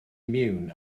mewn